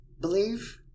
believe